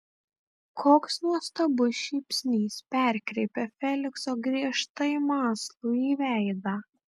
koks nuostabus šypsnys perkreipia felikso griežtai mąslųjį veidą